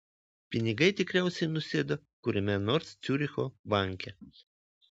pinigai tikriausiai nusėdo kuriame nors ciuricho banke